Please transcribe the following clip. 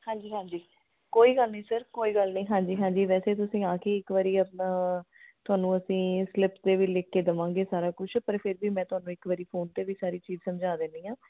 ਹਾਂਜੀ ਹਾਂਜੀ ਕੋਈ ਗੱਲ ਨਹੀਂ ਸਰ ਕੋਈ ਗੱਲ ਨਹੀਂ ਹਾਂਜੀ ਹਾਂਜੀ ਵੈਸੇ ਤੁਸੀਂ ਆ ਕੇ ਇੱਕ ਵਾਰੀ ਆਪਣਾ ਤੁਹਾਨੂੰ ਅਸੀਂ ਸਲਿਪ 'ਤੇ ਵੀ ਲਿਖ ਕੇ ਦਵਾਂਗੇ ਸਾਰਾ ਕੁਛ ਪਰ ਫਿਰ ਵੀ ਮੈਂ ਤੁਹਾਨੂੰ ਇੱਕ ਵਰੀ ਫੋਨ 'ਤੇ ਵੀ ਸਾਰੀ ਚੀਜ਼ ਸਮਝਾ ਦਿੰਦੀ ਹਾਂ